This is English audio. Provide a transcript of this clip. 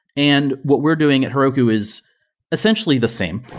and what we're doing at heroku is essentially the same.